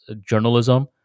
journalism